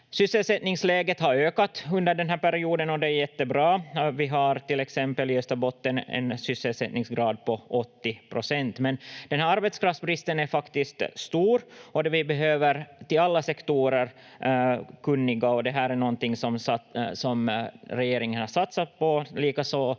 Sysselsättningsläget har ökat under den här perioden, och det är jättebra. Vi har till exempel i Österbotten en sysselsättningsgrad på 80 procent. Men arbetskraftsbristen är faktiskt stor och vi behöver kunniga till alla sektorer, och det här är någonting som regeringen har satsat på, likaså